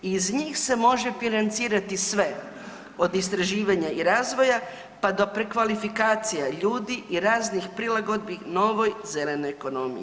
Iz njih se može financirati sve od istraživanja i razvoja pa do prekvalifikacija ljudi i raznih prilagodbi novoj zelenoj ekonomiji.